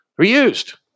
Reused